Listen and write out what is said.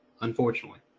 unfortunately